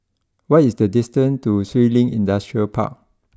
what is the distance to Shun Li Industrial Park